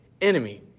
enemy